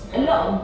(uh huh)